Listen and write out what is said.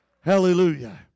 hallelujah